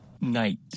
night